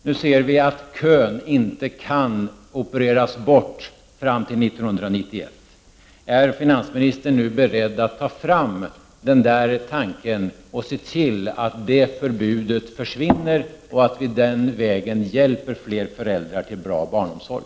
Nu ser vi att kön inte kan opereras bort fram till 1991. Är finansministern nu beredd att ta fram denna tanke och se till att förbudet försvinner så att vi den vägen hjälper fler föräldrar till bra barnomsorg?